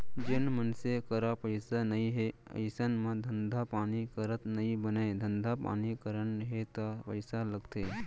जेन मनसे करा पइसा नइ हे अइसन म धंधा पानी करत नइ बनय धंधा पानी करना हे ता पइसा लगथे